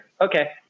Okay